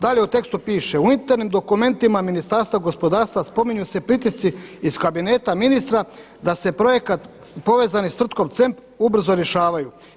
Dalje u tekstu piše, u unutarnjim dokumentima ministarstva gospodarstva spominju se pritisci iz kabineta ministra da se projekat povezani sa tvrtkom CEMP ubrzo rješavaju.